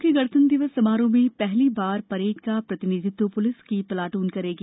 मुख्य गणतंत्र दिवस समारोह में पहली बार परेड का प्रतिनिधित्व पुलिस की प्लाटून करेंगी